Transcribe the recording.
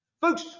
Folks